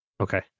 Okay